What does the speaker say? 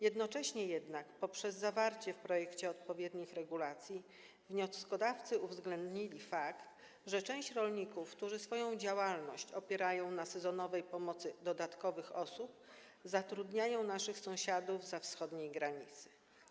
Jednocześnie jednak poprzez zawarcie w projekcie odpowiednich regulacji wnioskodawcy uwzględnili fakt, że część rolników, którzy swoją działalność opierają na sezonowej pomocy dodatkowych osób, zatrudnia naszych sąsiadów zza wschodniej granicy.